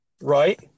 Right